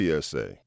PSA